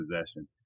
possession